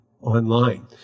online